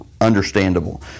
understandable